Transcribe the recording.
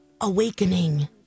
awakening